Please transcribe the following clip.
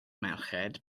merched